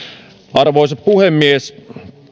arvoisa puhemies